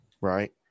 right